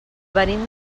venim